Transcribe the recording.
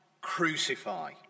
Crucify